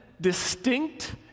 distinct